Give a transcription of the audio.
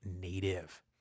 Native